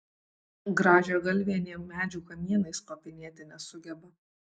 grąžiagalvė nė medžių kamienais kopinėti nesugeba